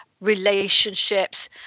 relationships